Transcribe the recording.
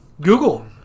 Google